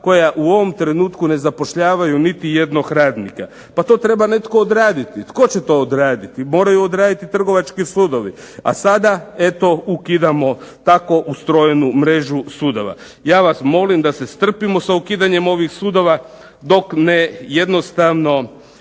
koja u ovom trenutku ne zapošljavaju niti jednog radnika. Pa to treba netko odraditi. Tko će to odraditi? Moraju odraditi trgovački sudovi, a sada eto ukidamo tako ustrojenu mrežu sudova. Ja vas molim da se strpimo sa ukidanjem ovih sudova dok jednostavno